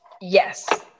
Yes